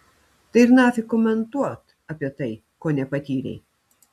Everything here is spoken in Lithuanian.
tai ir nafik komentuot apie tai ko nepatyrei